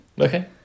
Okay